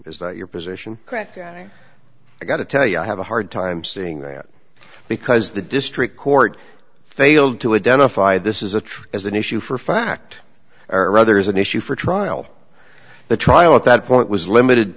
is that your position correct i gotta tell you i have a hard time seeing there because the district court failed to identify this is a true as an issue for fact or rather is an issue for trial the trial at that point was limited